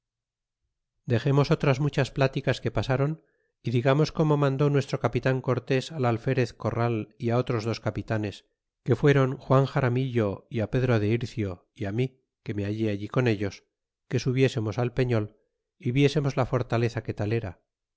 dexemos otras muchas pláticas que pasáron y digamos como mandó nuestro capitan cortés al alferez corral y á otros dos capitanes que fuéron juan xaramillo y á pedro de ircio y mí que me hallé allí con ellos que subiésemos al peñol y viésemos la fortaleza que tal era